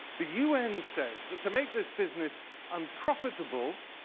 the un says that to make this business unprofitable,